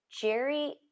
jerry